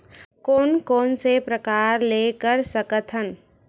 कोन कोन से प्रकार ले कर सकत हन?